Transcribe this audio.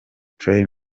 trey